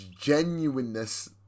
genuineness